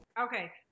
Okay